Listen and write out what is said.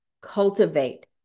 cultivate